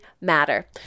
matter